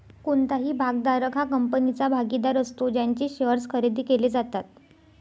कोणताही भागधारक हा कंपनीचा भागीदार असतो ज्यांचे शेअर्स खरेदी केले जातात